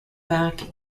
back